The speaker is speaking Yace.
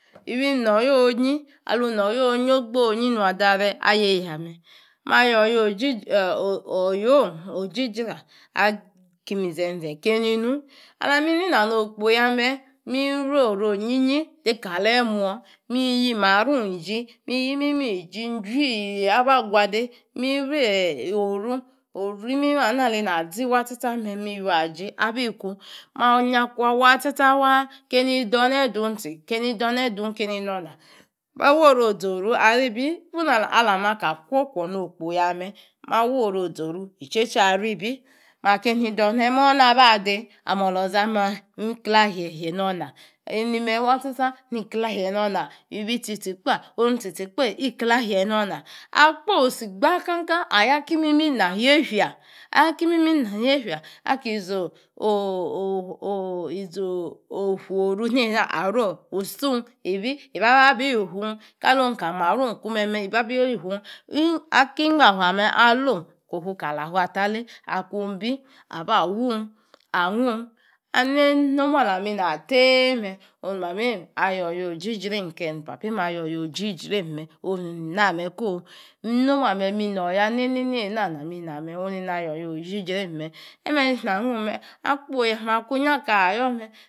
Oru-okposi nom akpoi agbaa nyidi woma akpoi gbaa neido otchi aliya tsor mme aku oruana akunyi self omah yia njuie keni ni eni tsi tsi kaph abayor orio orio onyonyi nom waa tsa tsa orio-onyonyi ina kali teacher aya-wan a'tsi tsor kena anyin igbafue mme ani tsa-ade ni gbafue mme eme nu orana tsa tsa waa ina mme oru okposi nom oru okpebiya oru onyonyi tsa tsa waa nom